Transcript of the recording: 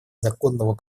законного